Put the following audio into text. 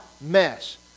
mess